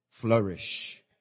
flourish